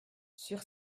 sur